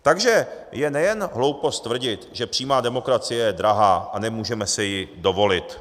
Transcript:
Takže je nejen hloupost tvrdit, že přímá demokracie je drahá a nemůžeme si ji dovolit.